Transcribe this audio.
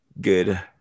good